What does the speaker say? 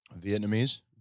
Vietnamese